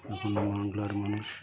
বাংলার মানুষ